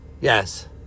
yes